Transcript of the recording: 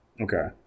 Okay